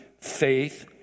faith